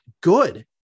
good